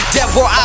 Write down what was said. Devil